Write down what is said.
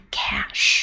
cash